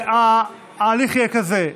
ההליך יהיה כזה: